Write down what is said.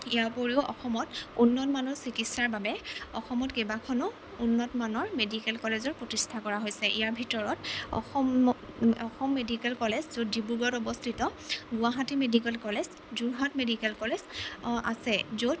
ইয়াৰ ওপৰিও অসমত উন্নত মানৰ চিকিৎসাৰ বাবে অসমত কেবাখনো উন্নতমানৰ মেডিকেল কলেজৰ প্ৰতিষ্ঠা কৰা হৈছে ইয়াৰ ভিতৰত অসম মেডিকেল কলেজ য'ত ডিব্ৰুগড়ত অৱস্থিত Guwahati medical college Jorhat medical college আছে য'ত